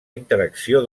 interacció